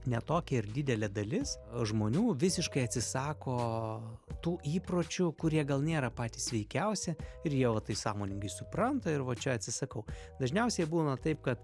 ne tokia ir didelė dalis žmonių visiškai atsisako tų įpročių kurie gal nėra patys sveikiausi ir jie va taip sąmoningai supranta ir va čia atsisakau dažniausiai jie būna taip kad